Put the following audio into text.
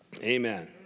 Amen